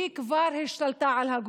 והיא כבר השתלטה על הגוף.